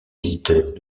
visiteurs